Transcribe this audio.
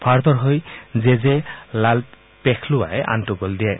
ভাৰতৰ হৈ জেজে লালপেখলুৱাই আনটো গ'ল দিয়ে